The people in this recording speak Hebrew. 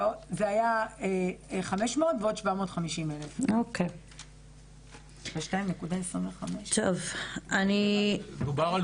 זה היה 500,000 ועוד 750,000. בצוות היישום דובר על